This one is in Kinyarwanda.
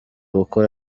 gukora